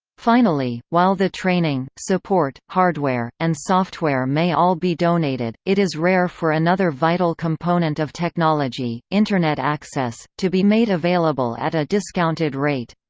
finally, while the training, support, hardware, and software may all be donated, it is rare for another vital component of technology, internet access, to be made available at a discounted rate.